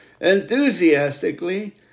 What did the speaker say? enthusiastically